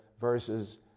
verses